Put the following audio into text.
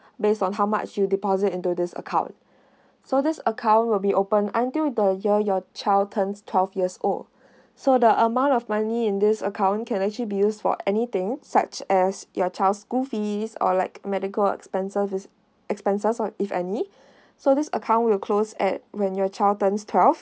based on how much you deposit into this account so this account will be opened until the year your child turns twelve years old so the amount of money in this account can actually bills for anything such as your child's school fees or like medical expenses expenses or if any so this account will close at when your child turns twelve